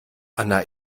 anna